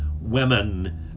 women